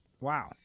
Wow